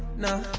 know